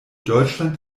deutschland